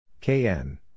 Kn